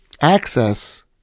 access